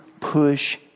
push